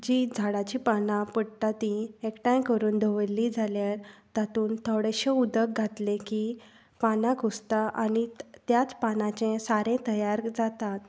जीं झाडाचीं पानां पडटा तीं एकठांय करून दवरलीं जाल्यार तातून थोडेंशें उदक घातलें की पानां कुसता आनी त्याच पानाचें सारें तयार जातात